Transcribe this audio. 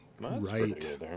Right